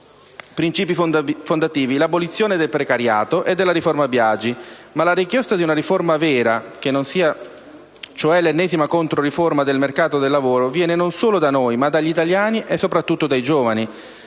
principi fondativi l'abolizione del precariato e della riforma Biagi, ma la richiesta di una riforma vera, che non sia cioè l'ennesima contro-riforma, del mercato del lavoro viene non solo da noi, ma dagli italiani e soprattutto dai giovani.